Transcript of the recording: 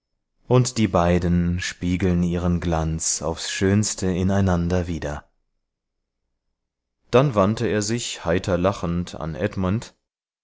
und die beiden spiegeln ihren glanz aufs schönste ineinander wider dann wandte er sich heiter lachend an edmund